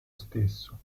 stesso